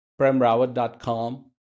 premrawat.com